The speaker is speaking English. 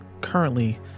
currently